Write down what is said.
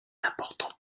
important